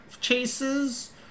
chases